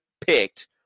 picked